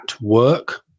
work